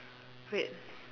wait